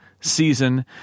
season